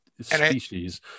Species